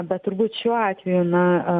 bet turbūt šiuo atveju na